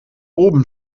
oben